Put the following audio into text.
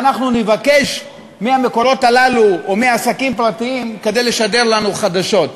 ואנחנו נבקש מהמקורות הללו או מעסקים פרטיים לשדר לנו חדשות.